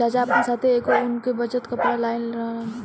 चाचा आपना साथै एगो उन से बनल कपड़ा लाइल रहन